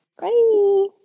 Bye